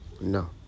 No